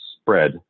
spread